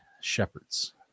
shepherds